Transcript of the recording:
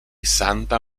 santa